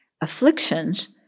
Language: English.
Afflictions